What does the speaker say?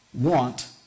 want